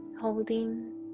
holding